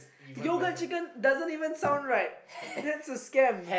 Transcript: yogurt chicken doesn't even sound right that's a scam